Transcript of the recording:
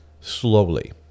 slowly